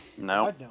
No